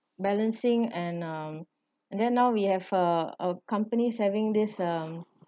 balancing and um and then now we have uh companies having this um